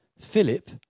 Philip